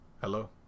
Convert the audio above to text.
Hello